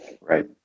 Right